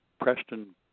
Preston